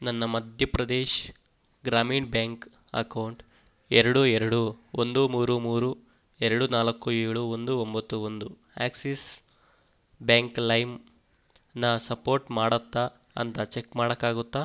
ನನ್ನ Madhya Pradesh Gramin bank account ಎರಡು ಎರಡು ಒಂದು ಮೂರು ಮೂರು ಎರಡು ನಾಲ್ಕು ಏಳು ಒಂದು ಒಂಬತ್ತು ಒಂದು ಆಕ್ಸಿಸ್ ಬ್ಯಾಂಕ್ ಲೈಮ್ನ ಸಪೋರ್ಟ್ ಮಾಡುತ್ತಾ ಅಂತ ಚೆಕ್ ಮಾಡೋಕ್ಕಾಗುತ್ತಾ